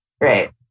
right